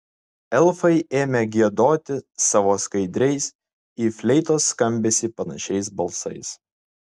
elfai ėmė giedoti savo skaidriais į fleitos skambesį panašiais balsais